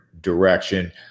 direction